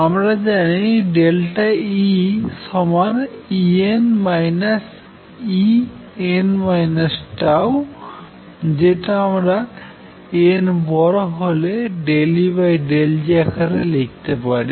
আমরা জানি EEn En τযেটা আমরা n বড় হলে ∂E∂Jআকারে লিখতে পারি